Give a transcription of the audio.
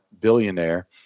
billionaire